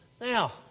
Now